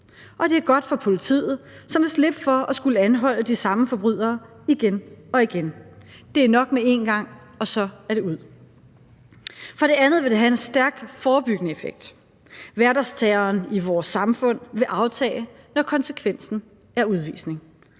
og det er godt for politiet, som vil slippe for at skulle anholde de samme forbrydere igen og igen. Det er nok med en gang, og så er det ud. For det andet vil det have en stærk forebyggende effekt. Hverdagsterroren i vores samfund vil aftage, når konsekvensen er udvisning.